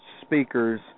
speakers